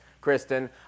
Kristen